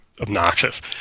obnoxious